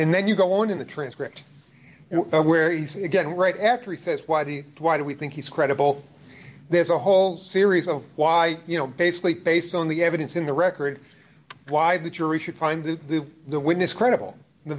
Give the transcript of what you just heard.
and then you go on in the transcript where he said again right after he says whitey why do we think he's credible there's a whole series of why you know basically based on the evidence in the record why the jury should find the the witness credible the